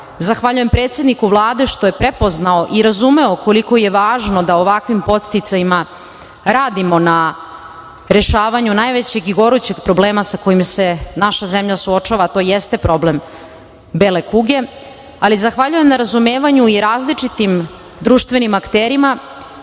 zahvaljujem predsedniku Vlade što je prepoznao i razumeo koliko je važno da ovakvim podsticajima radimo na rešavanju najvećeg i gorućeg problema sa kojim se naša zemlja suočava, a to jeste problem bele kuge, ali zahvaljujem na razumevanju i različitim društvenim akterima